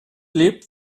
lebt